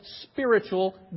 spiritual